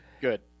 Good